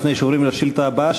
לפני שעוברים לשאילתה הבאה,